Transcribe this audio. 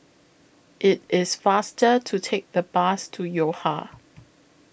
IT IS faster to Take The Bus to Yo Ha